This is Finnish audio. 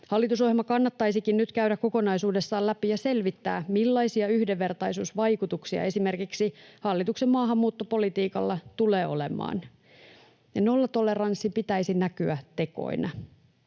Hallitusohjelma kannattaisikin nyt käydä kokonaisuudessaan läpi ja selvittää, millaisia yhdenvertaisuusvaikutuksia esimerkiksi hallituksen maahanmuuttopolitiikalla tulee olemaan, ja nollatoleranssin pitäisi näkyä tekoina.